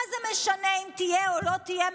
אתם רגילים לדבר, לדבר, לשקר,